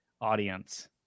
audience